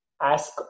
ask